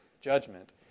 judgment